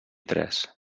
tres